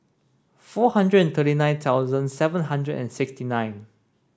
four hundred and thirty nine thousand seven hundred and sixty nine